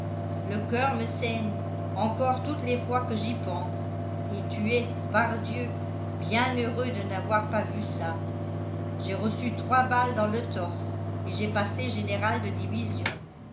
le coeur me saigne encore toutes les fois que j'y pense et tu es pardieu bien heureux de n'avoir pas vu ça j'ai reçu trois balles dans le torse et j'ai passé général de division